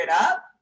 up